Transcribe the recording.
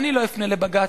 אני לא אפנה לבג"ץ,